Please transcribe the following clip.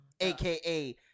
AKA